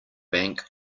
bank